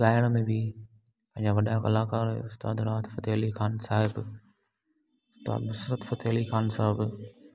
ॻाइण में बि पंहिंजा वॾा कलाकार उस्तादु राहत फ़तह अली ख़ान साहिबु उस्तादु नुसरत फ़तह अली ख़ान साहिबु